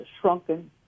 shrunken